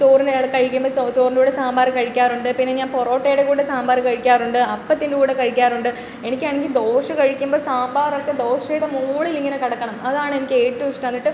ചോറിൻ്റെ കൂടെ കഴിക്കുമ്പം ചോ ചോറിൻ്റെ കൂടെ സാമ്പാർ കഴിക്കാറുണ്ട് പിന്നെ ഞാൻ പൊറോട്ടേടെ കൂടെ സാമ്പാർ കഴിക്കാറുണ്ട് അപ്പത്തിൻ്റെ കൂടെ കഴിക്കാറുണ്ട് എനിക്കാണങ്കിൽ ദോശ കഴിക്കുമ്പം സാമ്പാറക്കെ ദോശേടെ മോളിലിങ്ങനെ കിടക്കണം അതാണെനിക്കേറ്റോ ഇഷ്ടം എന്നിട്ട്